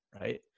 right